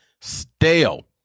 stale